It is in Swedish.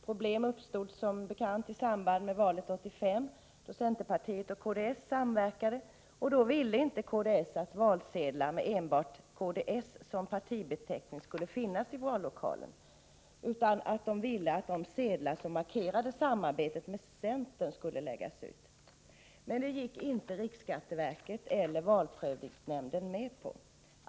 Problem uppstod som bekant under valet 1985, då centerpartiet och kds samverkade. Kds ville inte att valsedlar med enbart kds som partibeteckning skulle finnas i vallokalerna, utan att de sedlar som markerade samarbetet med centern skulle läggas ut. Detta gick inte riksskatteverket eller valprövningsnämnden med på.